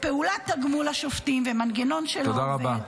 פעולת תגמול לשופטים ומנגנון שלא עובד.